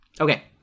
Okay